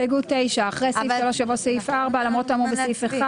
הסתייגות 9. אחרי סעיף 3 יבוא סעיף 4. "למרות האמור בסעיף 1,